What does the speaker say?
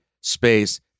space